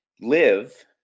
live